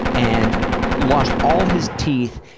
and lost all his teeth.